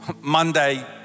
Monday